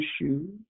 issue